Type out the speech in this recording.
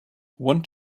one